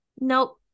Nope